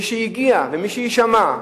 משהגיעה, ומששמעה,